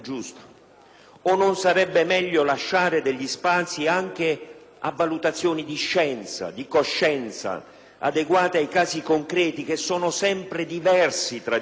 O non sarebbe meglio lasciare degli spazi anche a valutazioni di scienza, di coscienza, adeguate ai casi concreti che sono sempre diversi tra di loro?